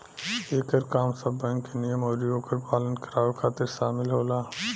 एकर काम सब बैंक के नियम अउरी ओकर पालन करावे खातिर शामिल होला